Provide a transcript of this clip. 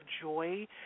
joy